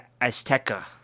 Azteca